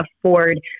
afford